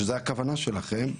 שזו הכוונה שלכם,